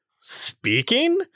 Speaking